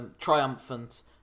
triumphant